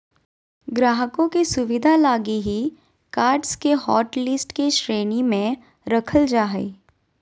ग्राहकों के सुविधा लगी ही कार्ड्स के हाटलिस्ट के श्रेणी में रखल जा हइ